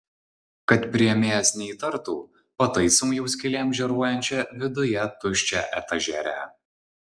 kad priėmėjas neįtartų pataisom jau skylėm žėruojančią viduje tuščią etažerę